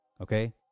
Okay